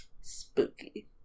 spooky